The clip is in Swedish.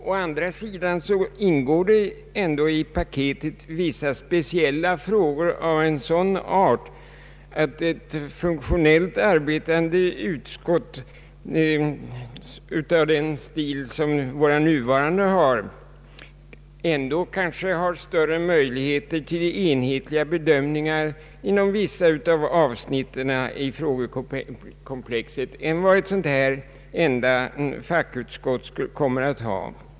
Å andra sidan ingår det i paketet vissa speciella frågor av sådan art att ett funktionellt arbetande Ang. regionalpolitiken utskott av den stil som våra nuvarande har ändå kanske har större möjligheter till enhetliga bedömningar inom vissa avsnitt av frågekomplexen än vad ett enda fackutskott kommer att ha.